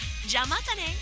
Jamatane